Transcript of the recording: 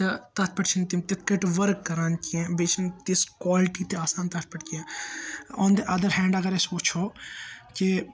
تہٕ تَتھ پیٚٹھ چھِنہٕ تِم تِتھٕ پٲٹھۍ ؤرٕک کَران کیٚنٛہہ بیٚیہِ چھِنہٕ تِژھ کالٹی تہِ آسان تِتھ پیٚٹھ کیٚنٛہہ آن دَ اَدَر ہیٚنٛڈ اَگَر أسۍ وُچھو کہِ